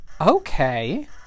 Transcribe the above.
Okay